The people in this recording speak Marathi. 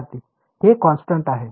विद्यार्थी हे कॉन्स्टन्ट आहे